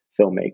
filmmaking